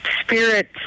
spirit